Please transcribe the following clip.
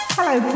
Hello